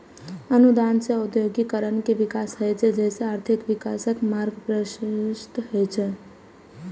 अनुदान सं औद्योगिकीकरण के विकास होइ छै, जइसे आर्थिक विकासक मार्ग प्रशस्त होइ छै